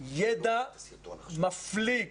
ידע מפליג